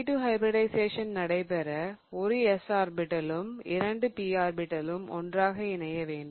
sp2 hybridisation நடைபெற ஒரு s ஆர்பிடலும் இரண்டு p ஆர்பிடலும் ஒன்றாக இணைய வேண்டும்